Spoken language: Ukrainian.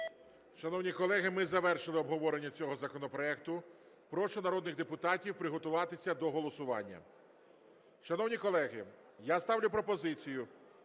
Шановні колеги, ми завершили обговорення цього законопроекту. Прошу народних депутатів приготуватися до голосування. Шановні колеги, я ставлю пропозицію